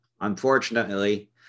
Unfortunately